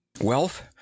Wealth